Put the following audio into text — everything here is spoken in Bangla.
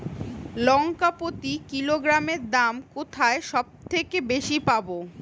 লঙ্কা প্রতি কিলোগ্রামে দাম কোথায় সব থেকে বেশি পাব?